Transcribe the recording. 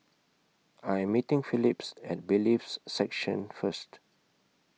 I Am meeting Philip At Bailiffs' Section First